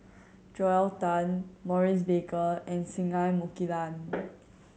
Joel Tan Maurice Baker and Singai Mukilan